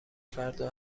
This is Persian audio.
فردا